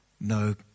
no